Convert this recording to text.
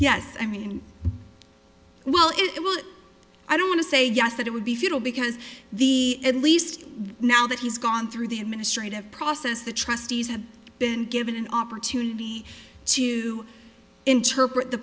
yes i mean well it will i don't want to say yes that it would be futile because the at least now that he's gone through the administrative process the trustees have been given an opportunity to interpret the